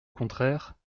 contraire